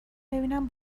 ببینم